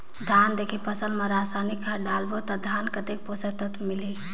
धान देंके फसल मा रसायनिक खाद डालबो ता धान कतेक पोषक तत्व मिलही?